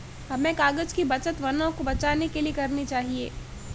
हमें कागज़ की बचत वनों को बचाने के लिए करनी चाहिए